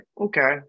okay